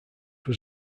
was